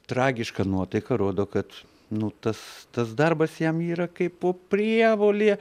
tragiška nuotaika rodo kad nu tas tas darbas jam yra kaipo prievolė